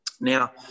Now